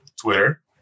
Twitter